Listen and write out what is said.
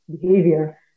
behavior